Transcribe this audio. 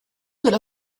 della